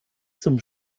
zum